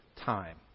time